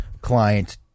client